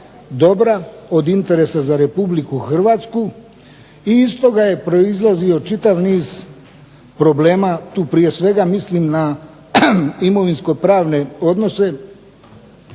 dobra od interesa za Republiku Hrvatsku i iz toga je proizlazio čitav niz problema, tu prije svega mislim na imovinsko pravne odnose